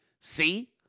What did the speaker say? See